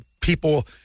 people